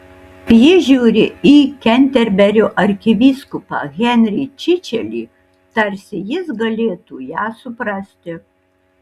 ji žiūri į kenterberio arkivyskupą henrį čičelį tarsi jis galėtų ją suprasti